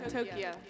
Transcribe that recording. Tokyo